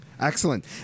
Excellent